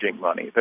money